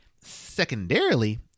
secondarily